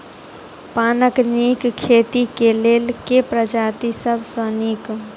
पानक नीक खेती केँ लेल केँ प्रजाति सब सऽ नीक?